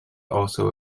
also